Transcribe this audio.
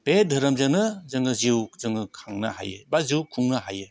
बे धोरोमजोंनो जोङो जिउ जोङो खांनो हायो बा जिउ खुंनो हायो